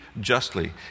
justly